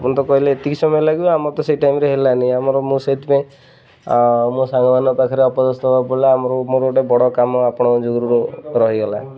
ଆପଣ ତ କହିଲେ ଏତିକି ସମୟ ଲାଗିବ ଆମର ତ ସେଇ ଟାଇମ୍ରେ ହେଲାନି ଆମର ମୁଁ ସେଇଥିପାଇଁ ମୋ ସାଙ୍ଗମାନଙ୍କ ପାଖରେ ଅପଦସ୍ତ ହବା ପଡ଼ିଲା ଆମର ମୋର ଗୋଟେ ବଡ଼ କାମ ଆପଣଙ୍କ ଯୋଗୁଁରୁ ରହିଗଲା